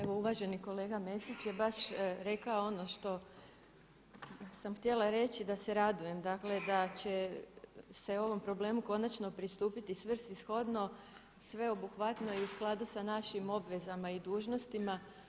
Evo uvaženi kolega Mesić je baš rekao ono što sam htjela reći da se radujem dakle da će se o ovom problemu konačno pristupiti svrsishodno, sveobuhvatno i u skladu sa našim obvezama i dužnostima.